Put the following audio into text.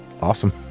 Awesome